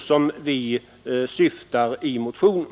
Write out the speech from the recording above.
som vi åsyftar i motionen.